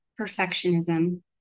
perfectionism